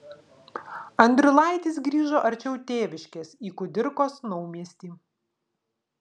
andriulaitis grįžo arčiau tėviškės į kudirkos naumiestį